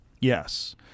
Yes